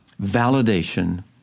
validation